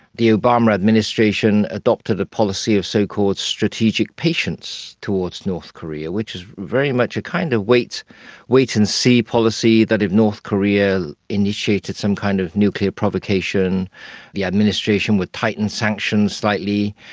the obama administration adopted a policy of so-called strategic patience towards north korea, which is very much a kind of wait-and-see policy, that if north korea initiated some kind of nuclear provocation the administration would tighten sanctions slightly.